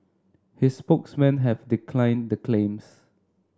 his spokesmen have declaim the claims